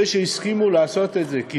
זה שהסכימו לעשות את זה, כי